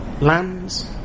lands